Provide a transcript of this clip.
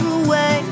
away